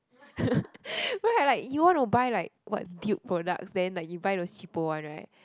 right like you want to buy like what dupe products then like you buy those cheapo one right